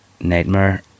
nightmare